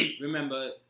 Remember